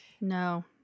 No